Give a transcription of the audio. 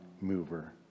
mover